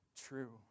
true